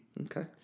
Okay